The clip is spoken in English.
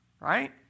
right